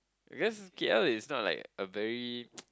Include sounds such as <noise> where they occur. because K_L is not like a very <noise>